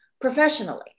professionally